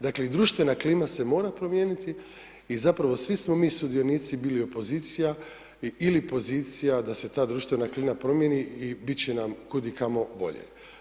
Dakle, i društvena klima se mora promijeniti, i zapravo svi smo mi bili sudionici bili opozicija ili pozicija da se ta društvena klima promijeni i bit će nam kudikamo bolje.